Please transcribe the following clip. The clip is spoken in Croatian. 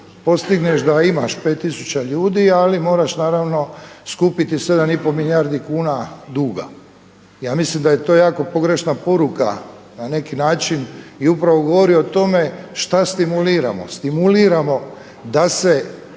postigneš da imaš 5 tisuća ljudi, ali moraš naravno skupiti 7 i pol milijardi kuna duga. Ja mislim da je to jako pogrešna poruka na neki način i upravo govori o tome što stimuliramo. Stimuliramo da se